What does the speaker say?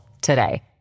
today